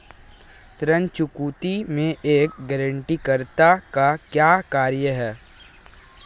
ऋण चुकौती में एक गारंटीकर्ता का क्या कार्य है?